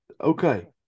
Okay